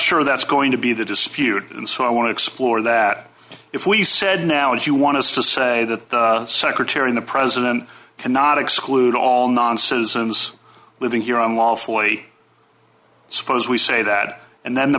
sure that's going to be the dispute and so i want to explore that if we said now if you want to say that the secretary and the president cannot exclude all non citizens living here on wall forty suppose we say that and then the